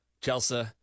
Chelsea